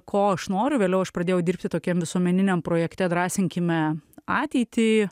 ko aš noriu vėliau aš pradėjau dirbti tokiam visuomeniniam projekte drąsinkime ateitį